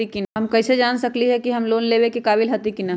हम कईसे जान सकली ह कि हम लोन लेवे के काबिल हती कि न?